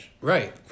Right